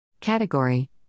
Category